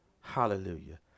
Hallelujah